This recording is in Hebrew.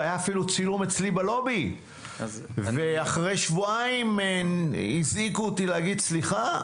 היה אפילו צילום אצלי בלובי ואחרי שבועיים הזעיקו אותי להגיד: סליחה,